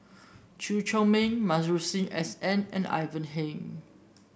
Chew Chor Meng Masuri S N and Ivan Heng